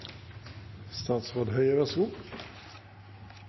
statsråd Høie